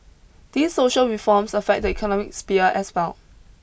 these social reforms affect the economic sphere as well